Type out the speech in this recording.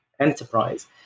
enterprise